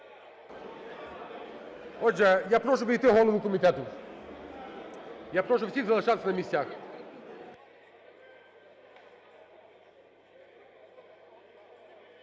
Отже, я прошу підійти голову комітету. Я прошу всіх залишатися на місцях.